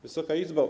Wysoka Izbo!